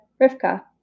Rivka